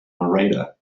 narrator